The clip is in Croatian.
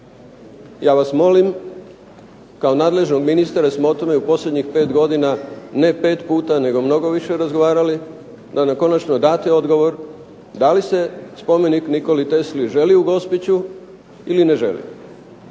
Ja vas molim kao nadležnog ministra, jer smo o tome u posljednjih pet godina ne pet puta nego mnogo više razgovarali, da nam konačno date odgovor da li se spomenik Nikoli Tesli želi u Gospiću ili ne želi.